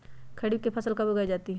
खरीफ की फसल कब उगाई जाती है?